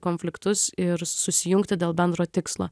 konfliktus ir susijungti dėl bendro tikslo